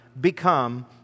become